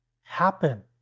happen